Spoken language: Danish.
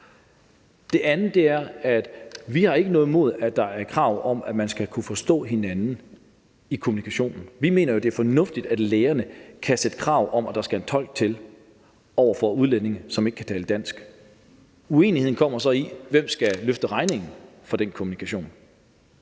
Det andet er, at vi ikke har noget imod, at der er krav om, at man skal kunne forstå hinanden i kommunikationen. Vi mener jo, at det er fornuftigt, at lægerne kan stille krav om, at der skal en tolk til over for udlændinge, som ikke kan tale dansk. Uenigheden kommer så i spørgsmålet om, hvem der skal løfte regningen for den kommunikation.